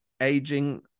aging